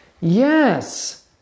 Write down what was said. Yes